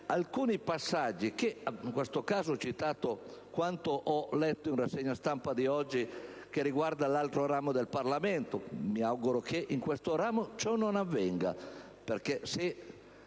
inferiore! In questo caso, ho citato quanto ho letto nella rassegna stampa di oggi che riguarda l'altro ramo del Parlamento. Mi auguro che in questo ramo ciò non avvenga,